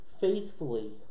faithfully